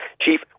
chief